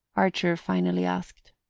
archer finally asked.